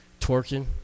twerking